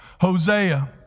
Hosea